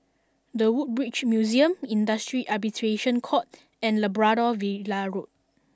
the Woodbridge Museum Industrial Arbitration Court and Labrador Villa Road